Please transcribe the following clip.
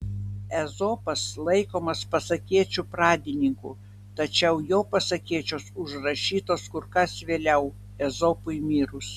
ezopas laikomas pasakėčių pradininku tačiau jo pasakėčios užrašytos kur kas vėliau ezopui mirus